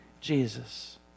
jesus